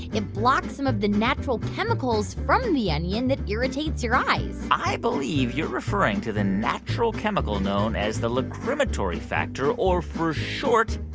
it blocks some of the natural chemicals from the onion that irritates your eyes i believe you're referring to the natural chemical known as the lachrymatory factor, or for short,